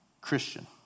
Christian